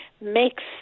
makes